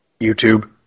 YouTube